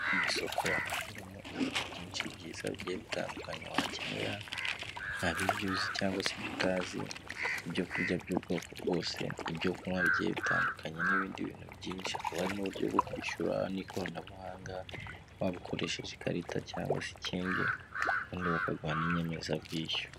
Iri ni isoko wahahiramo ibintu byinshi byiza bigiye bitandukanye wakenera, haba ibyo uzi cyangwa se ibyo utazi, ibyo kurya by'ubwoko bwose, ibyo kunywa bigiye bitandukanye, n'ibindi bintu byinshi, hakaba hari n'uburyo bwo kwishyura n'ikoranabuhanga, waba ukoresheje ikarita, cyangwa se ikindi, ubundi bakaguha n'inyemezabwishyu.